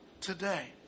today